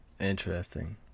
Interesting